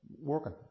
working